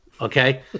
okay